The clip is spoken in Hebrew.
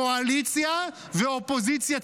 קואליציה ואופוזיציה ציונית,